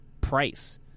price